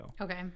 Okay